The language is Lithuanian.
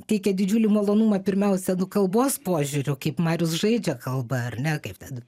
teikia didžiulį malonumą pirmiausia nu kalbos požiūriu kaip marius žaidžia kalba ar ne kaip ten